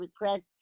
request